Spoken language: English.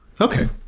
Okay